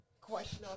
question